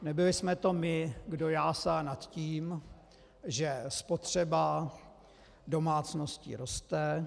Nebyli jsme to my, kdo jásal nad tím, že spotřeba domácností roste.